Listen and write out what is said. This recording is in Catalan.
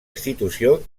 institució